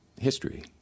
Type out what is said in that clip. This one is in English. history